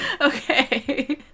Okay